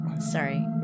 Sorry